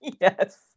Yes